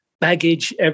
baggage